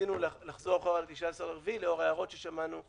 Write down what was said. שרצינו לחזור אחורה ל-19 באפריל לאור ההערות ששמענו,